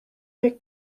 make